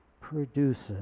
produces